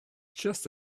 just